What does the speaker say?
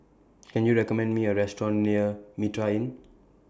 Can YOU recommend Me A Restaurant near Mitraa Inn